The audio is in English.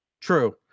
True